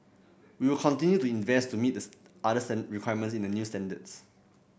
we will continue to invest to meet this other requirements in the new standards